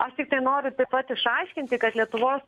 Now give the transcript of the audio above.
aš tiktai noriu taip pat išaiškinti kad lietuvos